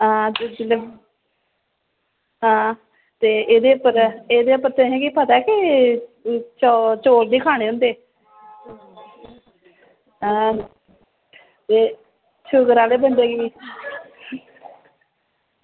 हां ते एह्दे पर तुसेंगी पता ऐ कि तौल नी खानें होंदे हां शूगर आह्ले बंदे गी